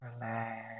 Relax